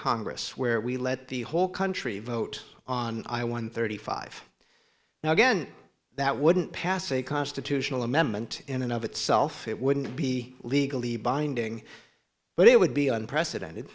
congress where we let the whole country vote on i one thirty five now again that wouldn't pass a constitutional amendment in and of itself it wouldn't be legally binding but it would be unprecedented